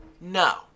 No